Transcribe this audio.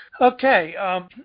Okay